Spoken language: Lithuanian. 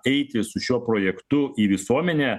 eiti su šiuo projektu į visuomenę